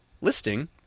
listing